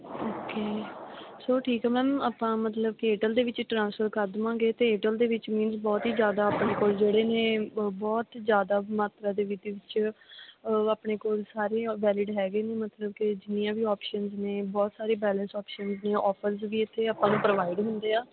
okay so ਠੀਕ ਹੈ ma'am ਆਪਾਂ ਮਤਲਬ ਕਿ ਏਅਰਟੈਲ ਦੇ ਵਿੱਚ ਟ੍ਰਾਂਸਫਰ ਕਰ ਦੇਵਾਂਗੇ ਅਤੇ ਏਅਰਟੈਲ ਦੇ ਵਿੱਚ ਮੀਨਸ ਬਹੁਤ ਹੀ ਜ਼ਿਆਦਾ ਆਪਣੇ ਕੋਲ ਜਿਹੜੇ ਨੇ ਬਹੁਤ ਜ਼ਿਆਦਾ ਮਾਤਰਾ ਦੇ ਵਿੱਚ ਆਪਣੇ ਕੋਲ ਸਾਰੇ ਵੈਲਿਡ ਹੈਗੇ ਨੇ ਮਤਲਬ ਕਿ ਜਿੰਨੀਆਂ ਵੀ ਔਪਸ਼ਨਸ ਨੇ ਬਹੁਤ ਸਾਰੇ ਬੈਲੈਂਸ ਔਪਸ਼ਨ ਨੇ ਓਪਨ 'ਚ ਵੀ ਇੱਥੇ ਆਪਾਂ ਨੂੰ ਪ੍ਰੋਵਾਈਡ ਹੁੰਦੇ ਆ